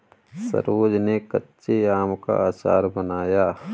सरोज ने कच्चे आम का अचार बनाया